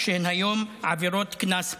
שהן היום עבירות קנס פליליות.